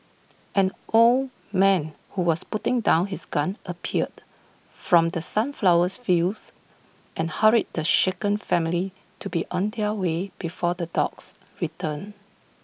an old man who was putting down his gun appeared from the sunflower fields and hurried the shaken family to be on their way before the dogs return